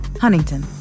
Huntington